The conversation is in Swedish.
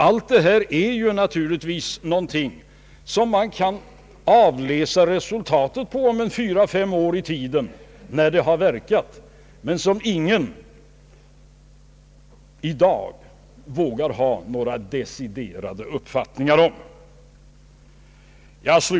Allt detta är naturligtvis någonting som man kan avläsa resultatet av om fyra—fem år när det har verkat men som ingen i dag vågar ha några deciderade uppfattningar om.